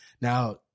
Now